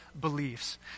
beliefs